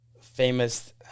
famous